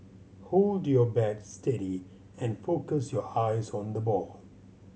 hold your bat steady and focus your eyes on the ball